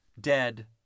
dead